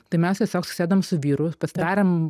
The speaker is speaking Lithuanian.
tai mes tiesiog susėdom su vyru pasidarėm